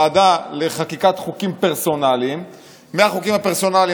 (סמכויות), התשפ"ג 2022, כ/943.